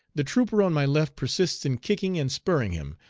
the trooper on my left persists in kicking and spurring him,